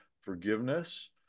forgiveness